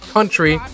Country